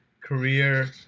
career